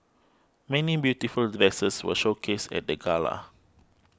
many beautiful dresses were showcased at the gala